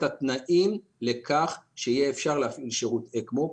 התנאים לכך שיהיה אפשר להפעיל שירות אקמו.